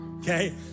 okay